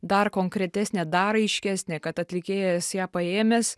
dar konkretesnę dar aiškesnę kad atlikėjas ją paėmęs